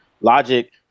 Logic